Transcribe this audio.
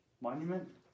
monument